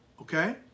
okay